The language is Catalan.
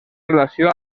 relació